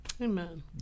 Amen